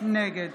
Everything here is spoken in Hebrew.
נגד